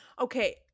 okay